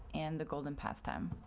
and the golden pastime.